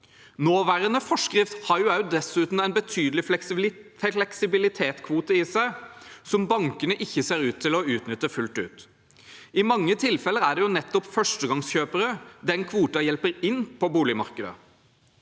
Nåværende forskrift har dessuten en betydelig fleksibilitetskvote i seg, som bankene ikke ser ut til å utnytte fullt ut. I mange tilfeller er det jo nettopp førstegangskjøpere den kvoten hjelper inn på boligmarkedet.